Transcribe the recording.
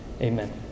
Amen